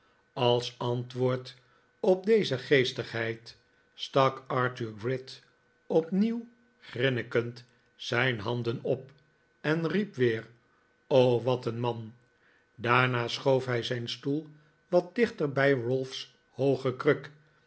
als antwoord op deze geestigheid stak arthur gride opnieuw grinnikend zijn handen op en riep weer o r wat een man daarna schoof hij zijn stoel wat dichter bij ralph's hooge kruk